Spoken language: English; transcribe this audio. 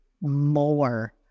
more